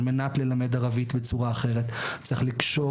על מנת ללמד ערבית בצורה אחרת צריך לקשור